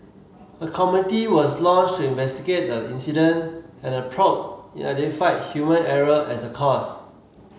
a committee was launched to investigate the incident and the probe identified human error as the cause